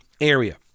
area